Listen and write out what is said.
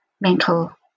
mental